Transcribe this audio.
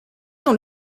dans